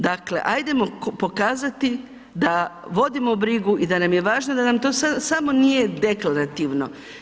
Dakle, hajdemo pokazati da vodimo brigu i da nam je važno da nam to samo nije deklarativno.